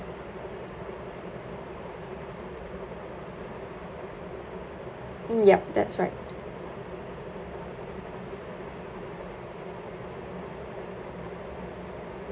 yup that's right